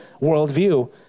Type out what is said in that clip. worldview